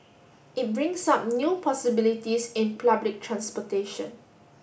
it brings up new possibilities in public transportation